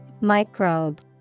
Microbe